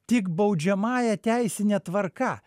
tik baudžiamąja teisine tvarka